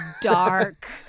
dark